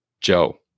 Joe